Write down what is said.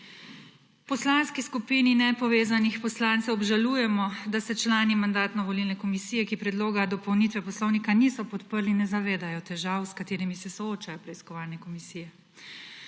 V Poslanski skupini nepovezanih poslancev obžalujemo, da se člani Mandatno-volilne komisije, ki predloga dopolnitve Poslovnika niso podprli, ne zavedajo težav, s katerimi se soočajo preiskovalne komisije.